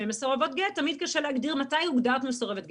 שמסורבות גט תמיד קשה להגדיר מתי הוגדרת מסורבת גט,